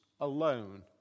alone